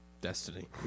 Destiny